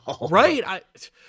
Right